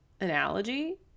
analogy